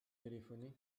téléphoné